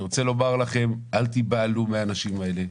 אני רוצה לומר לכם: אל תיבהלו מהאנשים האלה,